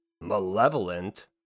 malevolent